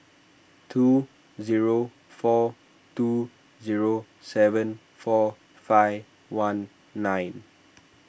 two zero four two zero seven four five one nine